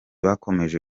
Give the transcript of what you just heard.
bakomeje